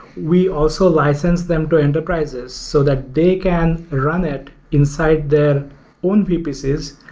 we also license them to enterprises so that they can run it inside their own vpcs,